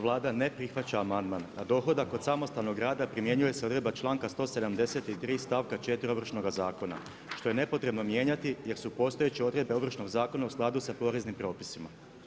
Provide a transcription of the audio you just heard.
Vlada ne prihvaća amandman, na dohodak od samostalnog rada primjenjuje se odredba članka 173. stavka 4. Ovršnoga zakona što je nepotrebno mijenjati jer su postojeće odredbe Ovršnog zakona u skladu sa poreznim propisima.